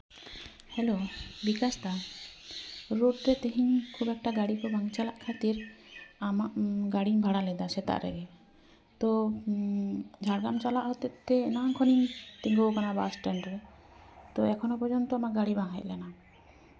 hello Bikash ᱫᱟ road ᱛᱮ ᱛᱮᱦᱮᱧ ᱠᱷᱩᱵ ᱮᱠᱴᱟ ᱜᱟᱹᱰᱤ ᱠᱚ ᱵᱟᱝ ᱪᱟᱞᱟᱜ ᱠᱷᱟᱹᱛᱤᱨ ᱟᱢᱟᱜ ᱜᱟᱹᱰᱤᱧ ᱵᱷᱟᱲᱟᱞᱮᱫᱟ ᱥᱮᱛᱟᱜ ᱨᱮ ᱛᱚ ᱡᱷᱟᱲᱜᱨᱟᱢ ᱪᱟᱞᱟᱜ ᱦᱚᱛᱮᱡ ᱛᱮ ᱮᱱᱟᱝ ᱠᱷᱚᱱᱤᱧ ᱛᱤᱸᱜᱩᱣᱠᱟᱱᱟ ᱵᱟᱥ ᱴᱮᱱᱰ ᱨᱮ ᱛᱚ ᱮᱠᱷᱚᱱᱚ ᱯᱚᱨᱡᱚᱱᱛᱚ ᱟᱢᱟᱜ ᱜᱟᱹᱰᱤ ᱵᱟᱝ ᱦᱮᱡ ᱞᱮᱱᱟ